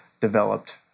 developed